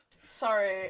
Sorry